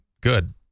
good